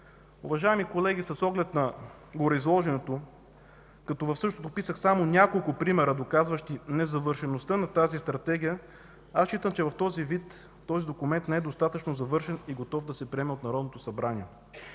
Уважаеми колеги, с оглед на гореизложеното, като всъщност дописах само няколко примера, доказващи незавършеността на тази Стратегия, аз считам, че в този вид този документ не е достатъчно завършен и готов да се приеме от Народното събрание.